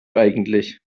eigentlich